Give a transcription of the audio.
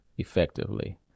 effectively